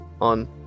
on